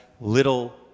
little